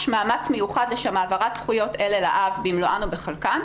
מאמץ מיוחד לשם העברת זכויות אלה לאב במלואן או בחלקן,